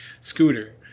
scooter